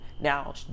Now